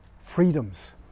freedoms